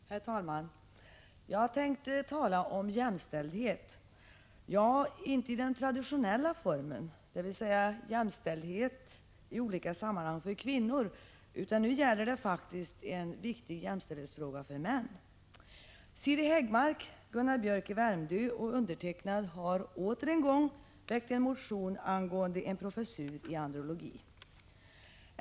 Herr talman! Jag tänker tala om jämställdhet, men inte i den traditionella formen, dvs. jämställdhet i olika sammanhang för kvinnor. Nu gäller det en viktig jämställdhetsfråga för män. Siri Häggmark, Gunnar Biörck i Värmdö och jag har ännu en gång väckt en motion angående en professur i andrologi.